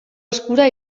eskura